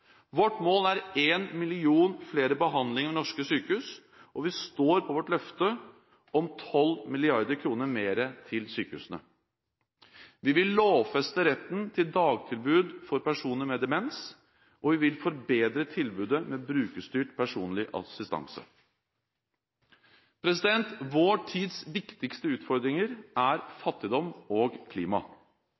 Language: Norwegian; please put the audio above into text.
Vårt mål er en million flere behandlinger i norske sykehus, og vi står på vårt løfte om 12 mrd. kr mer til sykehusene. Vi vil lovfeste retten til dagtilbud for personer med demens, og vi vil forbedre tilbudet med brukerstyrt personlig assistanse. Vår tids viktigste utfordringer er fattigdom og klima.